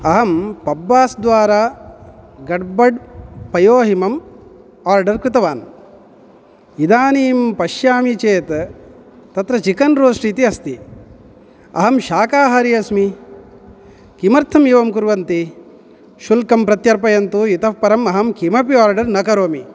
अहं पब्बास् द्वारा गड्बड् पयोहिमं आर्डर् कृतवान् इदानीं पश्यामि चेत् तत्र चिकन् रोस्ट् इति अस्ति अहं शाखाहारी अस्मि किमर्थम् एवं कुर्वन्ति शुल्कं प्रत्यर्पयन्तु इतः परं अहं किमपि आर्डर् न करोमि